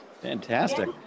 Fantastic